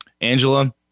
Angela